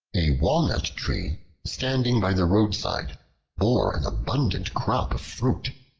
a walnut tree standing by the roadside bore an abundant crop of fruit.